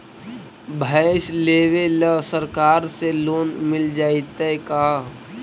भैंस लेबे ल सरकार से लोन मिल जइतै का?